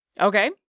Okay